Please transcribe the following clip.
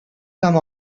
come